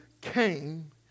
came